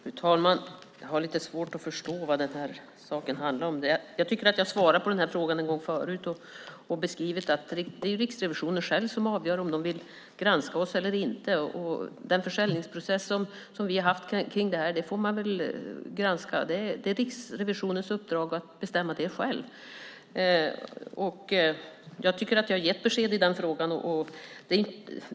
Fru talman! Jag har lite svårt att förstå vad den här saken handlar om. Jag tycker att jag har svarat på den här frågan en gång förut. Jag har beskrivit att det är Riksrevisionen själv som avgör om man vill granska oss eller inte. Den försäljningsprocess som vi har haft kring det här får man väl granska. Det är Riksrevisionens uppdrag att bestämma det själv. Jag tycker att jag har gett besked i den frågan.